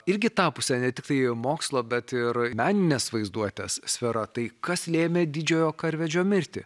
irgi tapusią ne tiktai mokslo bet ir meninės vaizduotės sfera tai kas lėmė didžiojo karvedžio mirtį